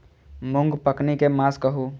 मूँग पकनी के मास कहू?